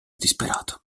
disperato